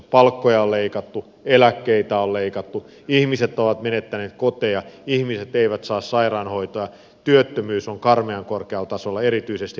palkkoja on leikattu eläkkeitä on leikattu ihmiset ovat menettäneet koteja ihmiset eivät saa sairaanhoitoa työttömyys on karmean korkealla tasolla erityisesti nuorisotyöttömyys